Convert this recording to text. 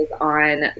on